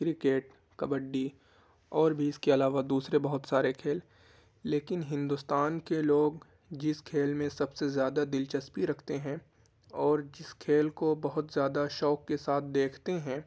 cricket kabaddi اور بھی اس کے علاوہ دوسرے بہت سارے کھیل لیکن ہندوستان کے لوگ جس کھیل میں سب سے زیادہ دلچسپی رکھتے ہیں اور جس کھیل کو بہت زیادہ شوق کے ساتھ دیکھتے ہیں